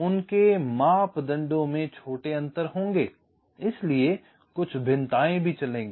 उनके मापदंडों में छोटे अंतर होंगे इसलिए कुछ भिन्नताएं भी चलेंगी